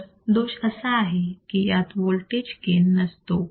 तर दोष असा आहे की यात वोल्टेज गेन नसतो